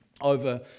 over